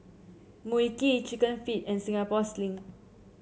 Mui Kee chicken feet and Singapore Sling